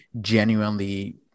genuinely